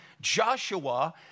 Joshua